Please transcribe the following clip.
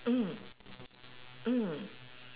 mm mm